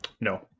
No